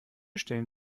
stellen